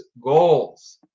goals